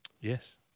Yes